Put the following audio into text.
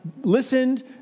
listened